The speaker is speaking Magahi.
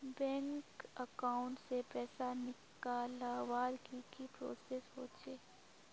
बैंक अकाउंट से पैसा निकालवर की की प्रोसेस होचे?